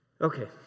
Okay